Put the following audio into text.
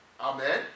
Amen